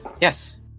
yes